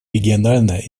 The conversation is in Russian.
региональная